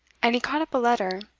and he caught up a letter.